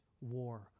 war